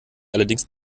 allerdings